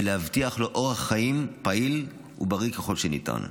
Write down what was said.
ולהבטיח לו אורח חיים פעיל ובריא ככל שניתן.